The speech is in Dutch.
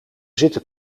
zitten